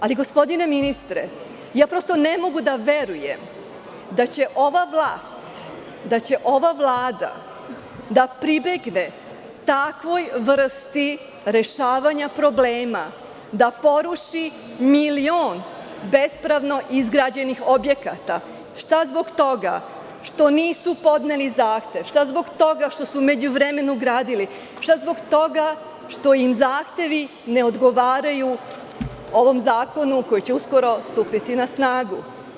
Ali, gospodine ministre, prosto ne mogu da verujem da će ova vlast, da će ova vlada da pribegne takvoj vrsti rešavanja problema, da poruši milion bespravno izgrađenih objekata, što zbog toga što nisu podneli zahtev, što zbog toga što su u međuvremenu gradili, što zbog toga što im zahtevi ne odgovaraju ovom zakonu koji će uskoro stupiti na snagu.